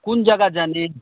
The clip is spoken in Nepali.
कुन जगा जाने